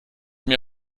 mir